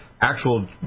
actual